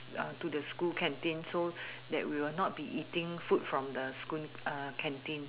uh to the school canteen so that we will not be eating food from the school uh canteen